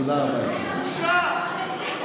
תודה רבה, יקירי.